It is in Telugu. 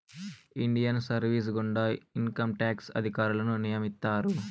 ఇండియన్ సర్వీస్ గుండా ఇన్కంట్యాక్స్ అధికారులను నియమిత్తారు